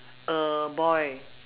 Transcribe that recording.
a boy